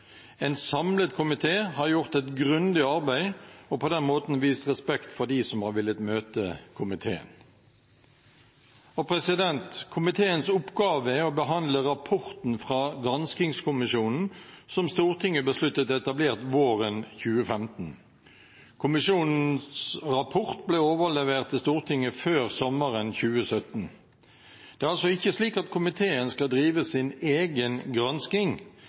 En samlet komité har gjort et grundig arbeid og på den måten vist respekt for dem som har villet møte komiteen. Komiteens oppgave er å behandle rapporten fra granskingskommisjonen som Stortinget besluttet etablert våren 2015. Kommisjonens rapport ble overlevert til Stortinget før sommeren 2017. Det er ikke slik at komiteen skal drive sin egen gransking,